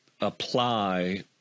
apply